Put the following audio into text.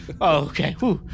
Okay